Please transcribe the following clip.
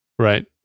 Right